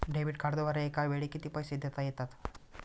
Debit कार्डद्वारे एकावेळी किती पैसे देता येतात?